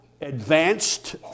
advanced